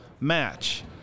match